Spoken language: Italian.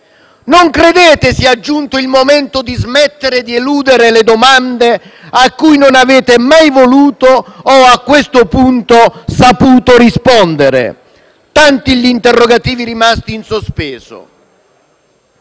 Non credete sia giunto il momento di smettere di eludere le domande a cui non avete mai voluto o - a questo punto - saputo rispondere? Sono tanti gli interrogativi rimasti in sospeso.